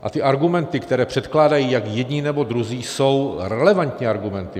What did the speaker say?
A ty argumenty, které předkládají jak jedni, nebo druzí, jsou relevantní argumenty.